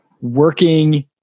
Working